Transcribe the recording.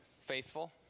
Faithful